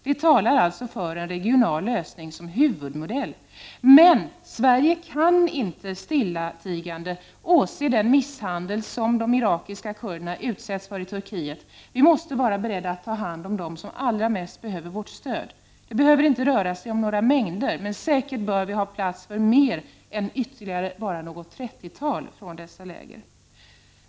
Det talar alltså för en regional lösning som huvudmodell. Men Sverige kan inte stillatigande åse den misshandel som de irakiska kurderna utsätta för i Turkiet. Vi måste vara beredda att ta hand om dem som 23 allra mest behöver vårt stöd. Det behöver inte röra sig om några mängder, men säkert har vi plats för fler än ytterligare bara något trettiotal personer från dessa läger.